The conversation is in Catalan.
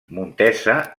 montesa